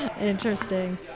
Interesting